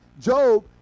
Job